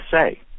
say